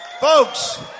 Folks